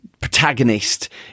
protagonist